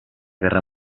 guerra